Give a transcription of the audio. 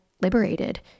liberated